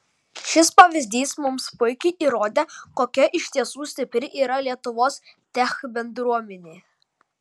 šis pavyzdys mums puikiai įrodė kokia iš tiesų stipri yra lietuvos tech bendruomenė